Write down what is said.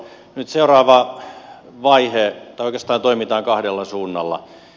nyt oikeastaan toimitaan kahdella suunnalla